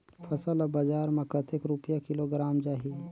फसल ला बजार मां कतेक रुपिया किलोग्राम जाही?